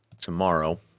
tomorrow